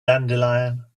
dandelion